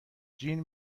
جین